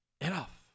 enough